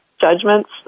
judgments